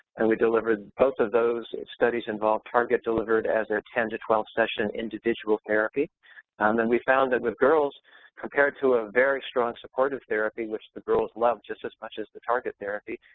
and we delivered both of those studies involved target delivered as a ten to twelve session individual therapy and and we found that with girls compared to a very strong supportive therapy which the girls loved just as much as the target therapy,